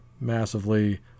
massively